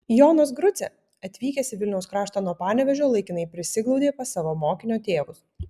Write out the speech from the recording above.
jonas grucė atvykęs į vilniaus kraštą nuo panevėžio laikinai prisiglaudė pas savo mokinio tėvus